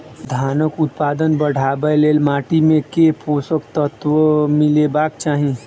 धानक उत्पादन बढ़ाबै लेल माटि मे केँ पोसक तत्व मिलेबाक चाहि?